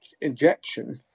injection